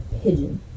pigeon